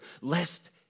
lest